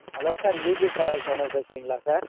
hello sir V P travels owner பேசுகிறீங்களா sir